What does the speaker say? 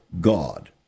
God